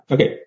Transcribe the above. Okay